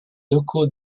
locaux